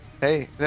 hey